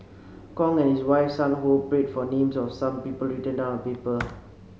Kong and his wife Sun Ho prayed for names of some people written down on paper